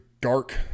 dark